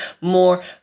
more